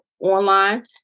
online